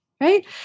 right